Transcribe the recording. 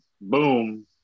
boom